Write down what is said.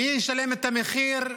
מי ישלם את המחיר?